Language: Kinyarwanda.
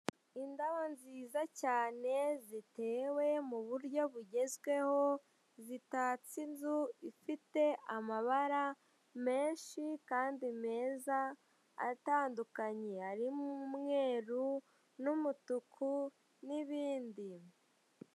Indabo nziza cyane zitewe mu buryo bugezweho zitatse inzu ifite amabara menshi kandi meza atandukanye arimo umweru n'umutuku n'ibindi.